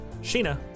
Sheena